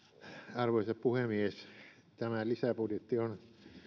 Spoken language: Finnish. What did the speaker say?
arvoisa puhemies tämä lisäbudjetti on